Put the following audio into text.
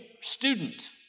student